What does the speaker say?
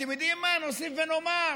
ואתם יודעים מה, נוסיף ונאמר,